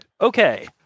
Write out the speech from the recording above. Okay